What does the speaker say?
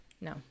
no